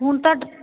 ਹੁਣ ਤਾਂ